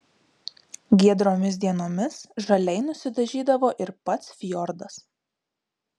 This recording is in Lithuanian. giedromis dienomis žaliai nusidažydavo ir pats fjordas